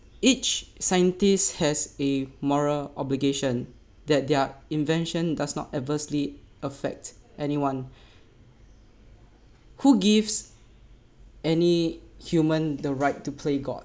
each scientist has a moral obligation that their invention does not adversely affect anyone who gives any human the right to play god